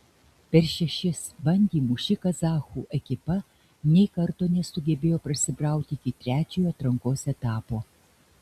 per šešis bandymus ši kazachų ekipa nei karto nesugebėjo prasibrauti iki trečiojo atrankos etapo